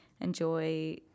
enjoy